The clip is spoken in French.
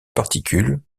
particules